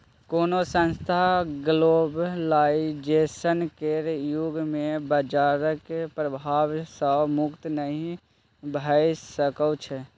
कोनो संस्थान ग्लोबलाइजेशन केर युग मे बजारक प्रभाव सँ मुक्त नहि भऽ सकै छै